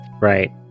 right